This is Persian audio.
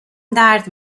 درد